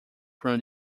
from